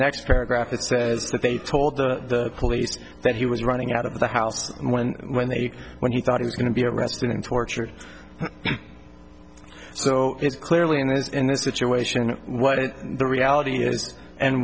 next paragraph it says that they told the police that he was running out of the house when when they when he thought he was going to be arrested and tortured so it's clearly in this in this situation what the reality is and